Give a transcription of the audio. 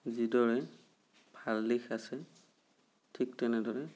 যিদৰে ভাল দিশ আছে ঠিক তেনেদৰে